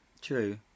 True